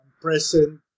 present